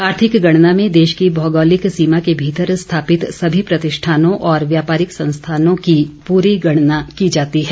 आर्थिक गणना में देश की भौगोलिक सीमा के भीतर स्थापित सभी प्रतिष्ठानों और व्यापारिक संस्थानों की प्री गणना की जाती है